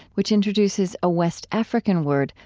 which introduces a west african word,